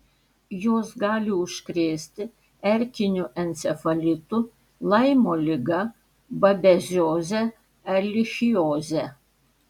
jos gali užkrėsti erkiniu encefalitu laimo liga babezioze erlichioze